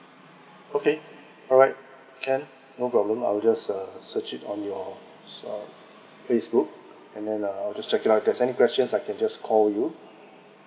okay alright can no problem I will just err search it on your uh facebook and then uh I'll just check it out if there's any questions I can just call you